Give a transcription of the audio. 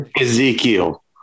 Ezekiel